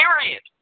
period